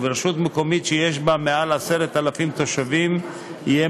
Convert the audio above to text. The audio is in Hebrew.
וברשות מקומית שיש בה מעל 10,000 תושבים יהיה